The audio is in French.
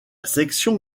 section